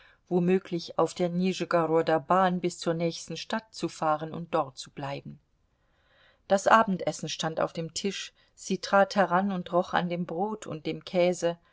womöglich auf der nischegoroder bahn bis zur nächsten stadt zu fahren und dort zu bleiben das abendessen stand auf dem tisch sie trat heran und roch an dem brot und dem käse